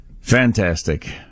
fantastic